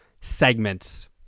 segments